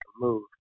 move